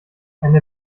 eine